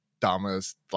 dumbest